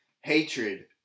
hatred